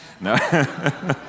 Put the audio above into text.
No